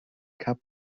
cup